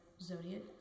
Zodiac